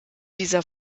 dieser